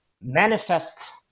manifests